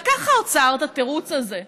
לקח האוצר את התירוץ הזה ואמר: